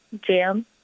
jam